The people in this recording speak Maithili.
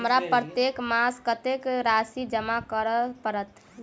हमरा प्रत्येक मास कत्तेक राशि जमा करऽ पड़त?